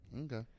Okay